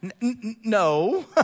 No